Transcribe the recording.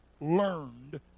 Learned